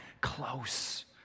close